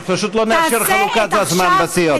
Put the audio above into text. אנחנו פשוט לא נאפשר את חלוקת הזמן לסיעות.